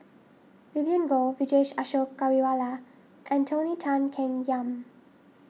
Vivien Goh Vijesh Ashok Ghariwala and Tony Tan Keng Yam